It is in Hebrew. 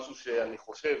משהו שאני חושב